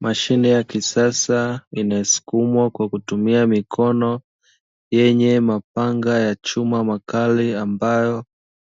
Mashine ya kisasa inayosukumwa kwa kutumia mikono, yenye mapanga ya chuma makali, ambayo